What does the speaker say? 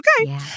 Okay